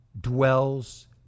dwells